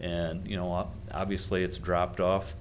and you know up obviously it's dropped off